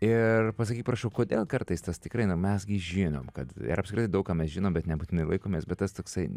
ir pasakyk prašau kodėl kartais tas tikrai na mes gi žinom kad ir apskritai daug ką mes žinom bet nebūtinai laikomės bet tas toksai